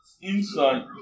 inside